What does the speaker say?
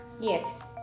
Yes